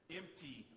empty